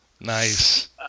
Nice